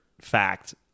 fact